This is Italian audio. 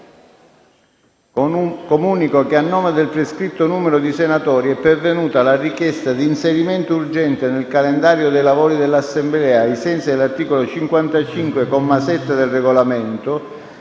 Comunico che a nome del prescritto numero di senatori è pervenuta la richiesta di inserimento urgente nel calendario dei lavori dell'Assemblea, ai sensi dell'articolo 55, comma 7, del Regolamento,